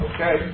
Okay